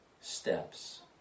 steps